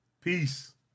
Peace